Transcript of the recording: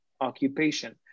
occupation